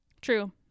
True